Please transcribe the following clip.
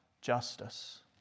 justice